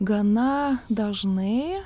gana dažnai